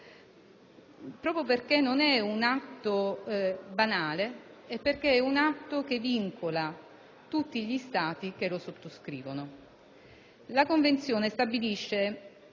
proprio perché non è un atto banale e perché è un atto che vincola tutti gli Stati che lo sottoscrivono. La Convenzione, come stabilisce